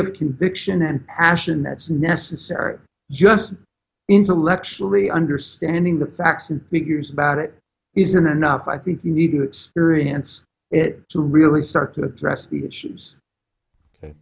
of conviction and passion that's necessary just intellectually understanding the facts and figures about it isn't enough i think you need it's variance to really start to address the issues